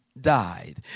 died